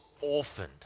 orphaned